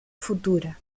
futura